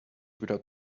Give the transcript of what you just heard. without